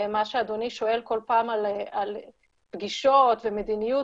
מה שאדוני שואל כל פעם על פגישות ומדיניות,